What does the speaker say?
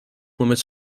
limits